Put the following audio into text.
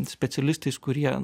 specialistais kurie